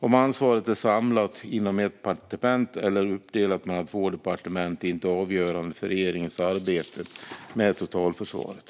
Om ansvaret är samlat inom ett departement eller uppdelat mellan två departement är inte avgörande för regeringens arbete med totalförsvaret.